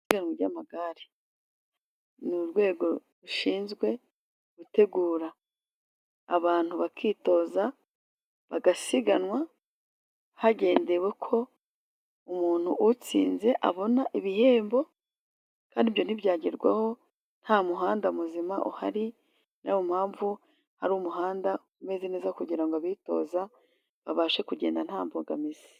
Isiganwa ry'amagare. Ni urwego rushinzwe gutegura abantu bakitoza, bagasiganwa, hagendewe ko umuntu utsinze abona ibihembo, kandi ibyo ntibyagerwaho nta muhanda muzima uhari, na wo mpamvu hari umuhanda umeze neza kugira ngo abitoza babashe kugenda nta mbogamizi.